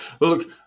Look-